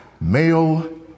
Male